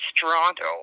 Toronto